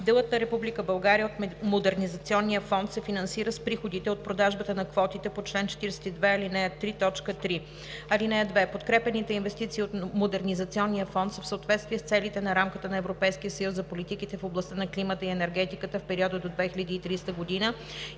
Делът на Република България от Модернизационния фонд се финансира с приходите от продажбата на квотите по чл. 42, ал. 3, т. 3. (2) Подкрепяните инвестиции от Модернизационния фонд са в съответствие с целите на рамката на Европейския съюз за политиките в областта на климата и енергетиката в периода до 2030 г. и